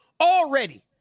already